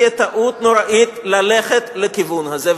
זו תהיה טעות נוראית ללכת לכיוון הזה.